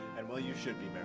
and well you should be,